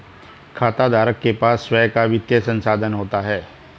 खाताधारक के पास स्वंय का वित्तीय संसाधन होता है